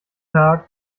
tag